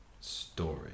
story